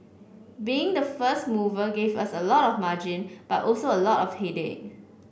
being the first mover gave us a lot of margin but also a lot of headache